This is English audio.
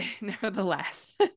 nevertheless